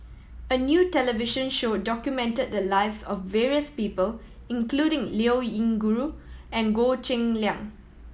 a new television show documented the lives of various people including Liao Yingru and Goh Cheng Liang